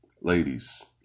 ladies